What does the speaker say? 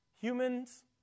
Humans